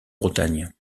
bretagne